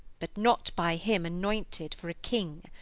but not by him anointed for a king.